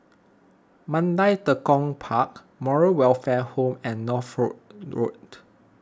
Mandai Tekong Park Moral Welfare Home and Northolt Road